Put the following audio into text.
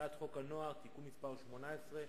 הצעת חוק הנוער (תיקון מס' 18)